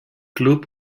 club